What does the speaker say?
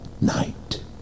night